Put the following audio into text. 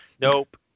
nope